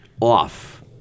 Off